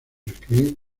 escribir